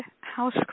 house